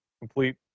complete